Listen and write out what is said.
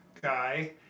guy